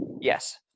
Yes